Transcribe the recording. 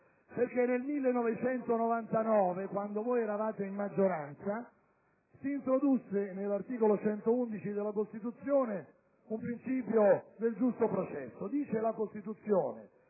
Perché nel 1999, quando voi eravate in maggioranza, si introdusse, all'articolo 111 della Costituzione, il principio del giusto processo. Dice la Costituzione